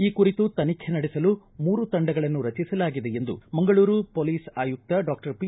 ಈ ಕುರಿತು ತನಿಖೆ ನಡೆಸಲು ಮೂರು ತಂಡಗಳನ್ನು ರಚಿಸಲಾಗಿದೆ ಎಂದು ಮಂಗಳೂರು ಪೊಲೀಸ್ ಆಯುಕ್ತ ಡಾಕ್ಟರ್ ಪಿ